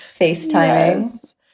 FaceTiming